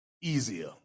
easier